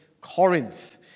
Corinth